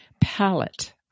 palette